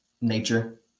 Nature